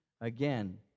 Again